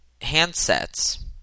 handsets